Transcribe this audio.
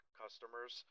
customers